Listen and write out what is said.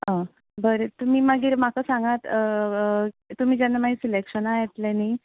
आं बरें तुमी मागीर म्हाका सांगात तुमी मागीर सिलेक्शना येतले न्ही